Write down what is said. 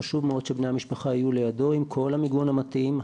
חשוב מאוד שבני המשפחה יהיו לידו עם כל המיגון המתאים.